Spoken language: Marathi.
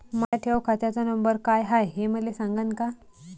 माया ठेव खात्याचा नंबर काय हाय हे मले सांगान का?